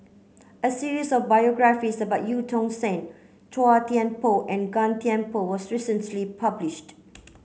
a series of biographies about Eu Tong Sen Chua Thian Poh and Gan Thiam Poh was recently published